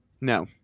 No